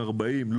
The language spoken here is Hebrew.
70%-30%, 40%-60%.